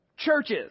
churches